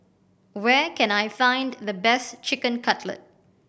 where can I find the best Chicken Cutlet